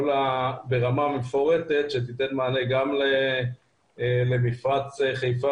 ברמה מפורטת שתיתן מענה גם למפרץ חיפה